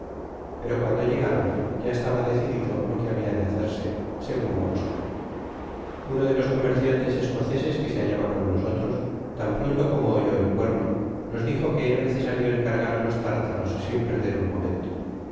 pero cuando llegaron ya estaba decidido lo que habia de hacerse segun vamos á ver uno de ios comerciantes escoceses que se hallaba con nosotros tan pronto como oyó el cuerno nos dijo que era necesario el cargar á los tártaros sin perder un momento